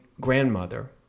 grandmother